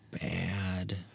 bad